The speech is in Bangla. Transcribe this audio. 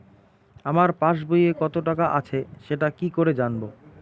আমার পাসবইয়ে কত টাকা আছে সেটা কি করে জানবো?